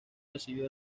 recibió